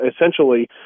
essentially